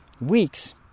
weeks